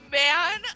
man